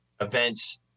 events